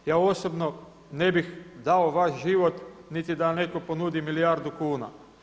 Ja osobno ne bih dao vaš život niti da netko ponudi milijardu kuna.